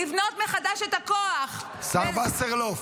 לבנות מחדש את הכוח --- השר וסרלאוף.